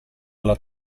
alla